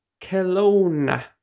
Kelowna